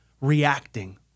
reacting